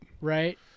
right